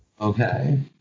Okay